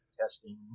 testing